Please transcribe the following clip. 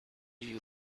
you